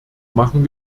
machen